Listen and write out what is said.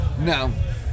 No